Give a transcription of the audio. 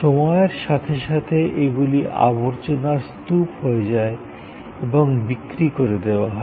সময়ের সাথে সাথে এগুলি আবর্জনার স্তূপ হয়ে যায় এবং বিক্রি করে দেওয়া হয়